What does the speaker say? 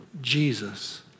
Jesus